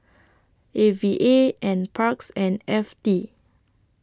A V A N Parks and F T